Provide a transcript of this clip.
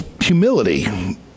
humility